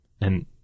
And-